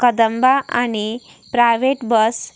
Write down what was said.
कदंबा आनी प्रायवेट बस